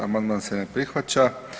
Amandman se ne prihvaća.